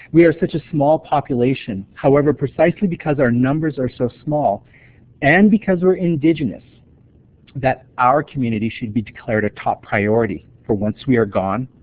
we are such a small population, however precisely because our numbers are so small and because we're indigenous that our community should be declared a top priority, for once we are gone,